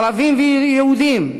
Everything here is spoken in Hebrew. ערבים ויהודים,